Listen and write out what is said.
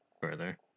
further